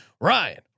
Ryan